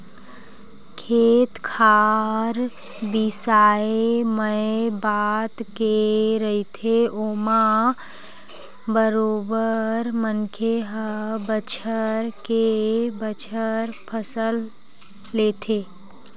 खेत खार बिसाए मए बात के रहिथे ओमा बरोबर मनखे ह बछर के बछर फसल लेथे